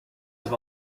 have